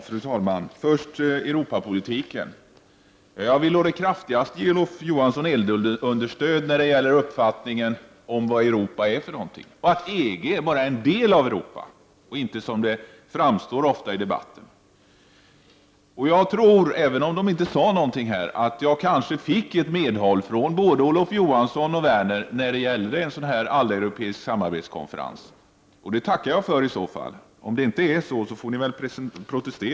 Fru talman! Först något om Europapolitiken. Jag vill å det kraftigaste ge Olof Johansson eldunderstöd när det gäller uppfattningen om vad Europa är för någonting och att EG, till skillnad från vad det ofta framstår som i debatten, bara är en del av Europa. Jag tror, även om de inte sade någonting om det, att jag kanske fick medhåll från både Olof Johansson och Werner i frågan om en alleuropeisk samarbetskonferens. Det tackar jag i så fall för. Om det inte är så, får ni väl protestera.